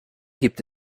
gibt